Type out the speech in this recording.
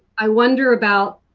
i wonder about